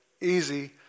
easy